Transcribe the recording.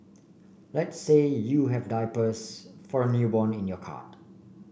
let's say you have diapers for a newborn in your cart